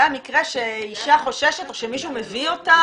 זה כשאישה חוששת או שמישהו מביא אותה.